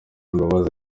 imbabazi